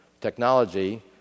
technology